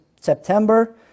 September